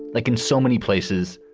like in so many places,